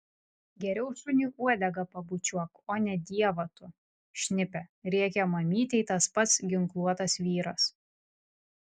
geriau šuniui uodegą pabučiuok o ne dievą tu šnipe rėkė mamytei tas pats ginkluotas vyras